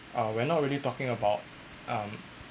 uh we're not really talking about um